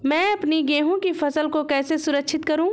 मैं अपनी गेहूँ की फसल को कैसे सुरक्षित करूँ?